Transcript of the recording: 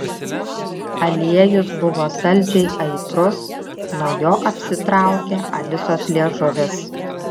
aliejus buvo saldžiai aitrus nuo jo apsitraukė alisos liežuvis